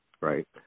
right